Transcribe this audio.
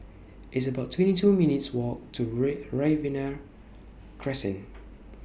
It's about twenty two minutes' Walk to Ray Riverina Crescent